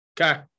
Okay